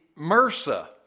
MRSA